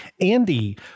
Andy